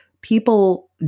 people